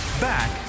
Back